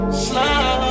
slow